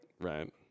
Right